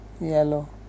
yellow